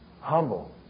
humble